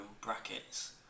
Brackets